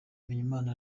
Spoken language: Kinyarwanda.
bimenyimana